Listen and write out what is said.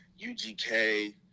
UGK